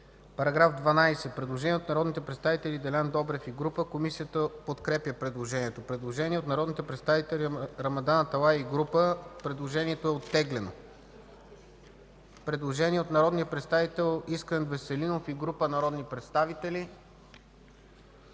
Параграф 16. Предложение от народния представител Делян Добрев и група. Комисията подкрепя предложението. Предложение от народния представител Рамадан Аталай и група. Предложението беше оттеглено. Предложение от народния представител Драгомир Стойнев и група. Оттеглено е предложението.